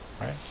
Right